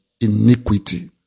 iniquity